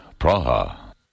Praha